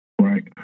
Right